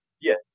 Yes